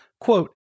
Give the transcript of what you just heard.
quote